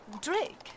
Drake